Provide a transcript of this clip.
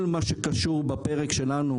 כל מה שקשור בפרק שלנו